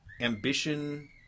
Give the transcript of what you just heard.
ambition